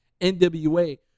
nwa